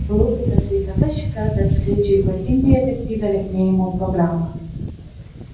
rubrika sveikata šį kartą atskleidžia ypatingai efektyvią lieknėjimo programą